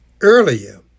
earlier